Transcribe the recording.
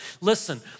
Listen